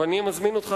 אבל אני מזמין אותך,